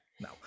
No